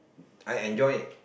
I enjoy it